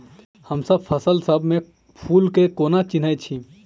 हमसब फसल सब मे फूल केँ कोना चिन्है छी?